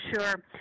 Sure